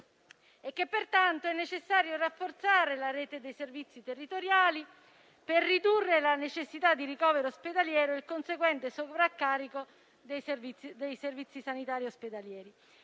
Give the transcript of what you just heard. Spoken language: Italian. dire. Pertanto, è necessario rafforzare la rete dei servizi territoriali per ridurre la necessità di ricovero ospedaliero e il conseguente sovraccarico dei servizi sanitari ospedalieri.